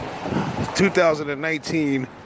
2019